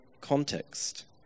context